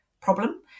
problem